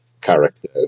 character